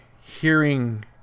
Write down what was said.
hearing